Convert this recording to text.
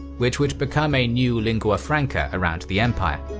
which would become a new lingua franca around the empire.